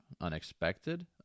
unexpected